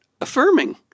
affirming